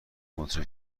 منتشر